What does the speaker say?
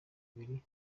ibiri